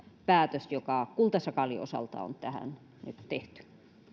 päätös joka kultasakaalin osalta on tähän nyt tehty